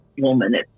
woman